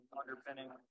underpinning